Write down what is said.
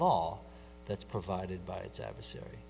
law that's provided by its adversary